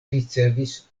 ricevis